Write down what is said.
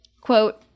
quote